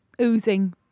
Oozing